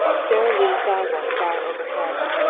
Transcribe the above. sara lee saw one far overhead,